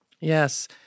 Yes